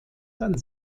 dann